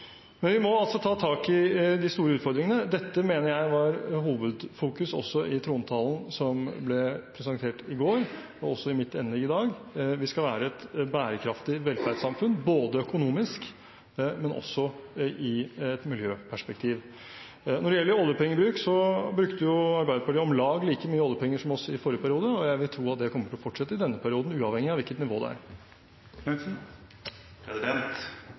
men det er jo en viss forventning – kan man si – om at vi skal bli det, så på forhånd gratulerer jeg representanten med valget til den komiteen. Vi må ta tak i de store utfordringene. Dette mener jeg var hovedfokus i trontalen som ble presentert i går, og også mitt emne i dag. Vi skal være et bærekraftig velferdssamfunn både økonomisk og i et miljøperspektiv. Når det gjelder oljepengebruk, brukte Arbeiderpartiet om lag like mye oljepenger som oss i forrige periode, og jeg vil tro at det kommer til å